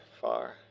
far